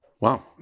Wow